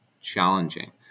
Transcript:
challenging